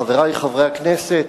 חברי חברי הכנסת,